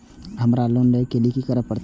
हमरा लोन ले के लिए की सब करे परते?